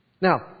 Now